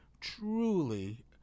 truly